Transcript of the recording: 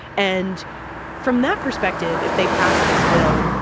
and from that perspective, if they pass this bill,